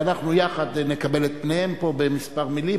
ואנחנו יחד נקבל את פניהם פה בכמה מלים.